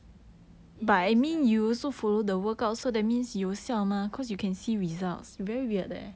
it seems like